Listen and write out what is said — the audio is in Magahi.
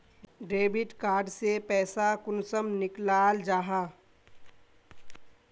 डेबिट कार्ड से पैसा कुंसम निकलाल जाहा?